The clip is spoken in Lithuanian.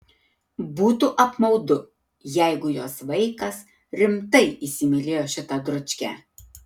būtų apmaudu jeigu jos vaikas rimtai įsimylėjo šitą dručkę